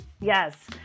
Yes